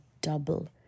double